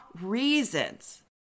reasons